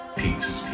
peace